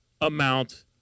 amount